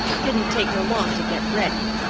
didn't take her long to get ready!